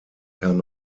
kam